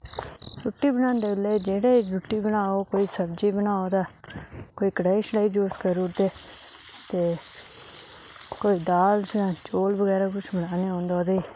रुट्टी बनांदे बेल्लै जेह्ड़े रुट्टी बनाओ कोई सब्जी बनाओ ते कोई कढ़ाई शड़ाई यूज करी ओड़दे ते कोई दाल जां चौल बगैरा किश बनाने होन ते ओह्दे